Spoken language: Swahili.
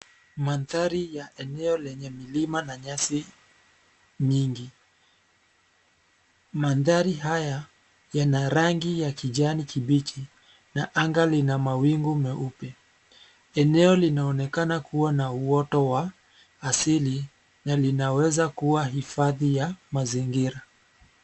Mandhari ya eneo lenye milima na nyasi, nyingi. Mandhari haya, yana rangi ya kijani kibichi, na anga lina mawingu meupe. Eneo linaonekana kuwa na uoto wa, asili na linaweza kuwa hifadhi ya mazingira.